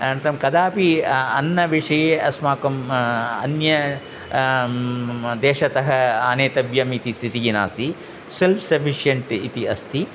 अनन्तरं कदापि अन्नविषये अस्माकं अन्य देशतः आनेतव्यम् इति स्थितिः नास्ति सेल्फ़् सफ़िशियेन्ट् इति अस्ति